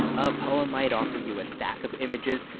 a poem might offer you a stack of images,